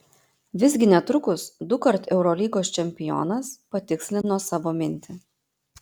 visgi netrukus dukart eurolygos čempionas patikslino savo mintį